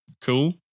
Cool